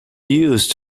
used